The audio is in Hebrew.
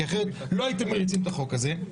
כי אחרת לא הייתם מריצים את החוק הזה,